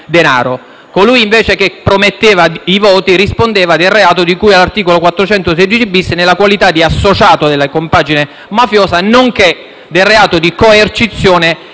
Colui che prometteva i voti rispondeva, invece, del reato di cui all'articolo 416-*bis*, nella qualità di associato della compagine mafiosa, nonché del reato di coercizione